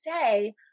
say